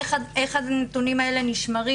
איך הנתונים האלה נשמרים?